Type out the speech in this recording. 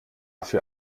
für